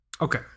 Okay